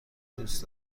دوست